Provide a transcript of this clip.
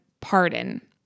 pardon